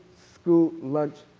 school, lunch